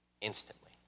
instantly